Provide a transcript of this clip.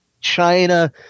China